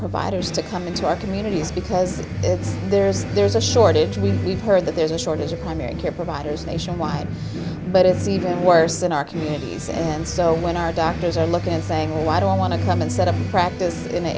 providers to come into our communities because it's there's there's a shortage we we've heard that there's a shortage of primary care providers nationwide but it's even worse in our communities and so when our doctors are looking and saying why don't want to come and set up a practice in the